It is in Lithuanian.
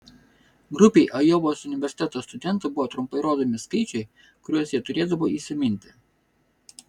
grupei ajovos universiteto studentų buvo trumpai rodomi skaičiai kuriuos jie turėdavo įsiminti